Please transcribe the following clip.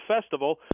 festival